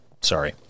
sorry